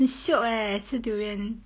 很 shiok leh 吃 durian